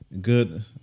good